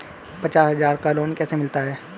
पचास हज़ार का लोन कैसे मिलता है?